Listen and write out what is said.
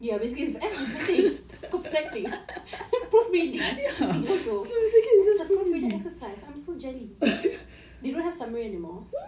ya basically macam eh it's vetting kau vetting proof reading its a proof reading exercise I am so jelly they don't have summary anymore